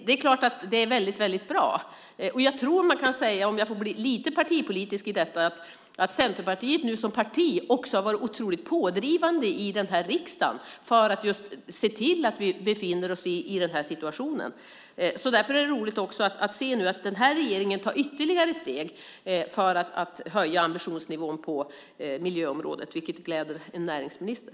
Det är klart att det är väldigt bra, och om jag får bli lite partipolitisk i detta kan man säga att Centerpartiet som parti också har varit otroligt pådrivande här i riksdagen för att se till att vi befinner oss i den här situationen. Därför är det också roligt att se att regeringen tar ytterligare steg för att höja ambitionsnivån på miljöområdet. Sådant gläder en näringsminister!